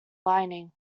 lining